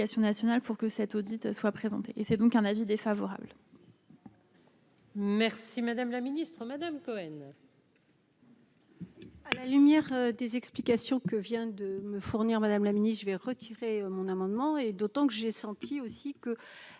nationale pour que cet audit soit présenté, et c'est donc un avis défavorable. Merci madame la ministre, madame Cohen. à la lumière des explications que vient de me fournir madame la Mini je vais retirer mon amendement est d'autant que j'ai senti aussi